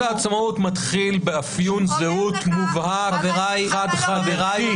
העצמאות זה מתחיל באפיון זהות מובהק חד חד ערכי.